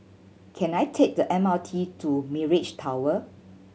can I take the M R T to Mirage Tower